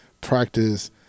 practice